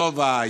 סובה,